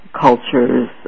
cultures